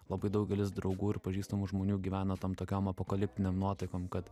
labai daugelis draugų ir pažįstamų žmonių gyvena tom tokiom apokaliptinėm nuotaikom kad